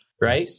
right